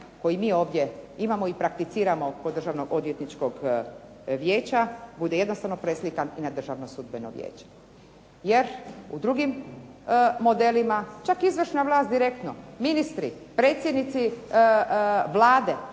koji mi ovdje imamo i prakticiramo kod Državnog odvjetničkog vijeća bude jednostavno preslikan na državno sudbeno vijeće, jer u drugim modelima, čak izvršna vlast direktno ministri predsjednici Vlade,